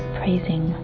praising